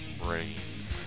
brains